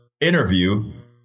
interview